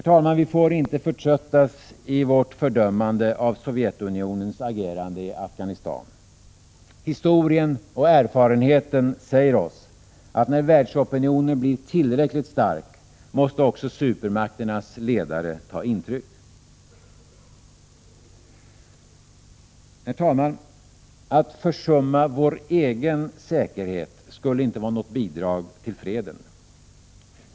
Vi får inte förtröttas i vårt fördömande av Sovjetunionens agerande i Afghanistan. Historien och erfarenheten säger oss att när världsopinionen blir tillräckligt stark måste också supermakternas ledare ta intryck. Herr talman! Att försumma vår egen säkerhet skulle inte vara något bidrag till freden.